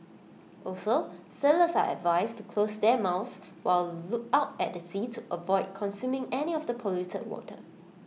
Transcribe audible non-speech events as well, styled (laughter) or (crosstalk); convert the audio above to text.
also sailors are advised to close their mouths while (unintelligible) out at sea to avoid consuming any of the polluted water